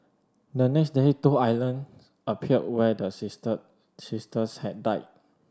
the next day two island appeared where the sister sisters had died